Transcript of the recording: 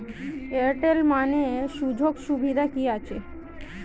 Airtel money সুযোগ সুবিধা কি আছে?